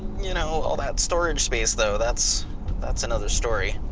you know all that storage space though, that's that's another story.